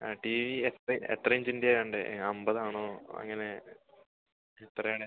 ആ T V എത്ര ഇഞ്ചിൻ്റെയാണ് വേണ്ടത് അമ്പതാണോ അങ്ങനെ എത്രയാണ്